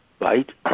Right